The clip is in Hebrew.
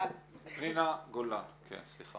שמי